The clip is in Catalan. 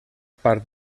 part